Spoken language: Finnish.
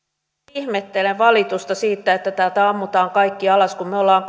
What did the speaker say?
ihmettelen valitusta siitä että täältä ammutaan kaikki alas kun me olemme